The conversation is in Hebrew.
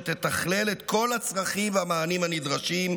שתתכלל את כל הצרכים והמענים הנדרשים,